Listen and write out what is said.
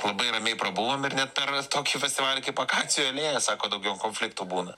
labai ramiai prabuvom ir net per tokį festivalį kaip akacijų alėja sako daugiau konfliktų būna